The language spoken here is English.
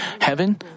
Heaven